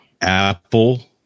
Apple